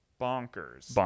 Bonkers